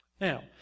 Now